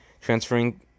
transferring